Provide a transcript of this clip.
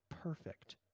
perfect